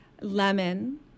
lemon